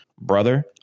brother